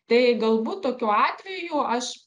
tai galbūt tokiu atveju aš